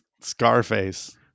Scarface